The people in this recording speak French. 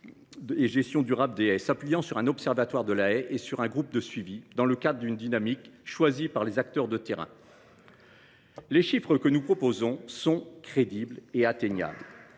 de gestion durable des haies, en consacrant un observatoire de la haie et un groupe de suivi, dans le cadre d’une dynamique choisie par les acteurs de terrain. Les chiffres que nous proposons sont crédibles et atteignables.